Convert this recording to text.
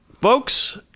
folks